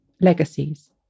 Legacies